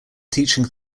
teaching